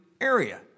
area